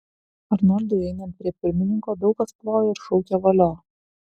arnoldui einant prie pirmininko daug kas plojo ir šaukė valio